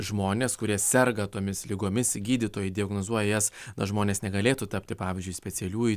žmonės kurie serga tomis ligomis gydytojai diagnozuoja jas na žmonės negalėtų tapti pavyzdžiui specialiųjų